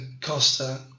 Costa